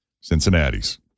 Cincinnati's